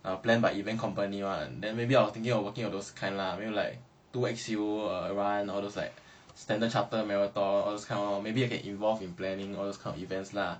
uh plan by event company [one] then maybe I was thinking of working all those kind lah maybe like two X U uh run all those like standard chartered marathon all those kind lor maybe I can involve in planning all this kind of events lah